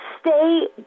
stay